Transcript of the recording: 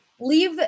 Leave